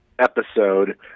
episode